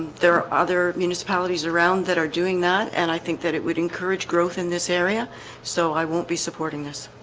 there are other municipalities around that are doing that and i think that it would encourage growth in this area so i won't be supporting this.